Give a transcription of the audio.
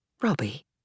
Robbie